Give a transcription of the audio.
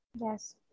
Yes